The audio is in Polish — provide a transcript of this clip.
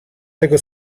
tego